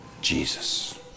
Jesus